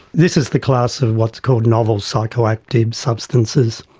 this is the class of what's called novel psychoactive substances,